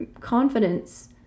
confidence